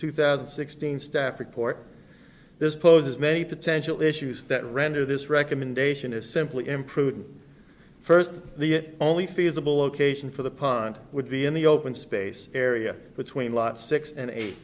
two thousand and sixteen staff report this poses many potential issues that render this recommendation is simply imprudent first the only feasible location for the pond would be in the open space area between lot six and eight